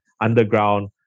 underground